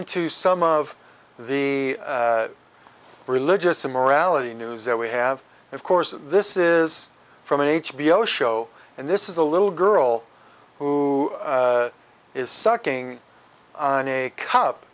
into some of the religious immorality news that we have of course this is from an h b o show and this is a little girl who is sucking on a c